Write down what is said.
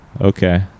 Okay